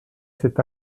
cet